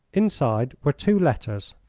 inside were two letters,